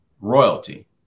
royalty